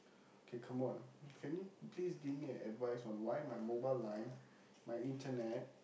okay come on can you please give me an advice on why my mobile line my internet